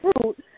fruit